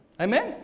Amen